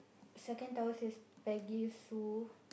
second tower says Peggy-Sue